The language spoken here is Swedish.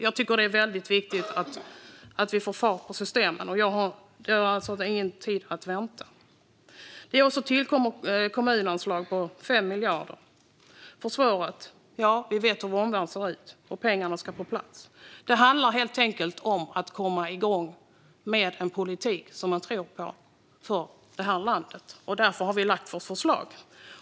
Jag tycker att det är väldigt viktigt att vi får fart på systemen. Vi har inte tid att vänta. Det har också tillkommit kommunanslag på 5 miljarder. Försvaret - ja, vi vet hur vår omvärld ser ut, och pengarna ska på plats. Det handlar helt enkelt om att komma igång med en politik som man tror på för detta land. Därför har vi lagt fram vårt förslag.